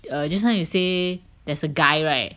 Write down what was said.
err just now you say there's a guy right